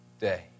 day